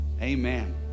amen